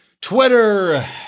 Twitter